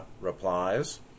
replies